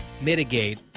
mitigate